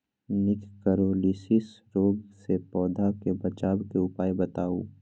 निककरोलीसिस रोग से पौधा के बचाव के उपाय बताऊ?